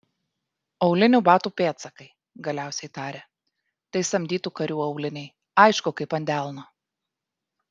aulinių batų pėdsakai galiausiai tarė tai samdytų karių auliniai aišku kaip ant delno